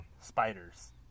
Spiders